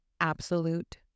absolute